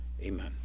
Amen